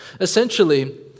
Essentially